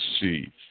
see